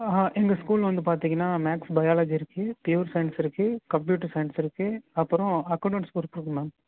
ஆ ஹா எங்கள் ஸ்கூல் வந்து பார்த்திங்ன்னா மேக்ஸ் பையாலஜி இருக்கு ப்யூர் சைன்ஸ் இருக்கு கம்ப்யூட்டர் சைன்ஸ் இருக்கு அப்பறோம் அக்கோண்டன்ஸ் குரூப்பு இருக்கு மேம்